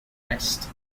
vest